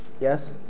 Yes